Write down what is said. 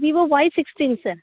Vivo Y sixteen sir